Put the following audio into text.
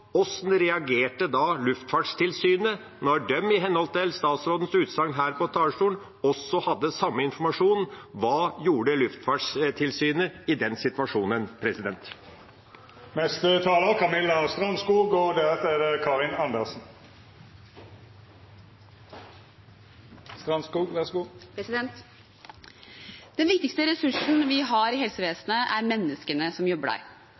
reagerte da de, i henhold til statsrådens utsagn her på talerstolen, hadde samme informasjon. Hva gjorde Luftfartstilsynet i den situasjonen? Den viktigste ressursen vi har i helsevesenet, er menneskene som jobber der. Men dyktige fagfolk trenger moderne sykehusbygg og utstyr for å skape en god helsetjeneste. Investeringer i